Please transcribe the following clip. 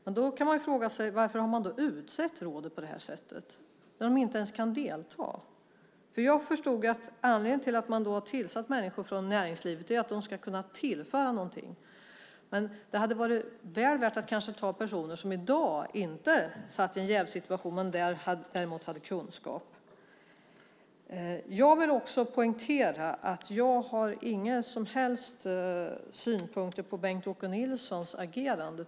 Men varför har man utsett personerna i rådet på det här sättet när de inte ens kan delta? Såvitt jag förstår är anledningen till att man har tillsatt människor från näringslivet att de ska kunna tillföra någonting. Men det hade varit väl värt att kanske ta personer som i dag inte är i en jävssituation men som har kunskap. Jag vill också poängtera att jag inte har några som helst synpunkter på Bengt-Åke Nilssons agerande.